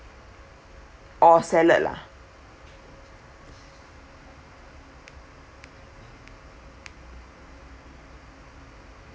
or salad lah